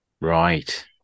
right